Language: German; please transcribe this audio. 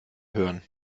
hören